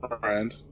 friend